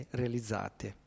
realizzate